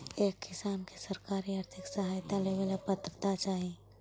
एक किसान के सरकारी आर्थिक सहायता लेवेला का पात्रता चाही?